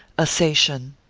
assation.